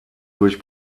durch